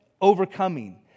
overcoming